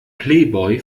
playboy